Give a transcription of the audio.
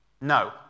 no